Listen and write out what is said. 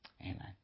Amen